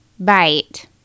bite